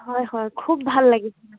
হয় হয় খুব ভাল লাগিছিলে